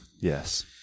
yes